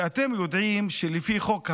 אתם יודעים שלפי חוק ההדחה,